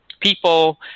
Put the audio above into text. people